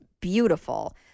beautiful